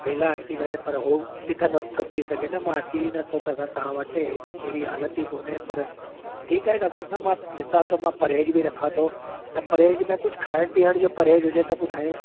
मिलाए अची करे पर हो बि त नथो थी सघे न मां अची ई नथो सघां तव्हां वटि अहिड़ी हालति ई कोने पर ठीकु आहे डॉक्टर साहिबु मां ॾिसा थो मां परहेज बि रखां थो त परहेज में कुझु खाइण पीअणु जो परहेज हुजे त ॿुधायो